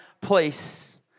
place